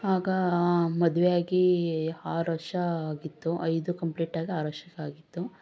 ಆಗ ಮದುವೆ ಆಗಿ ಆರು ವರ್ಷ ಆಗಿತ್ತು ಐದು ಕಂಪ್ಲೀಟ್ ಆಗಿ ಆರು ವರ್ಷ ಆಗಿತ್ತು